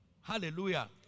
Hallelujah